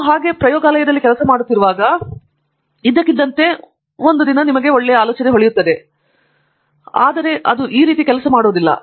ನೀವು ನಿಮಗೆ ತಿಳಿದಿರುವುದು ಏನಾದರೂ ಅಲ್ಲ ಇದ್ದಕ್ಕಿದ್ದಂತೆ ಒಂದು ಉತ್ತಮ ದಿನ ಎಲ್ಲವೂ ಪ್ರಯೋಗಾಲಯದಲ್ಲಿ ಮತ್ತು ನಿಮ್ಮ ಮೊದಲ ಪ್ರಾಯೋಗಿಕ ಕೆಲಸದಲ್ಲಿರುತ್ತದೆ ಅದು ಆ ರೀತಿಯಲ್ಲಿ ಕೆಲಸ ಮಾಡುವುದಿಲ್ಲ